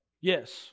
Yes